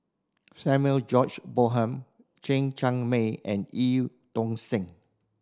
Samuel George Bonham Chen Cheng Mei and Eu Tong Sen